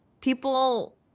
people